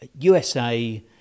USA